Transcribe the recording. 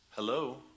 Hello